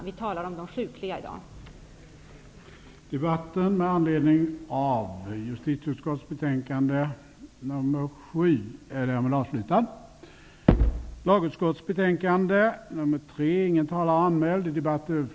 I dag talar vi om de sjukliga relationerna.